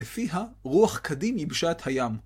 לפיה רוח קדים ייבשה את הים.